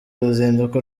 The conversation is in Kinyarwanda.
uruzinduko